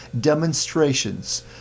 demonstrations